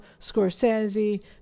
Scorsese